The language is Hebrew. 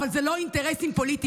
אבל אלה לא אינטרסים פוליטיים,